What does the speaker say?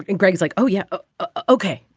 and greg's like oh yeah ok.